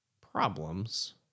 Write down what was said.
problems